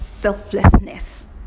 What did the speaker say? selflessness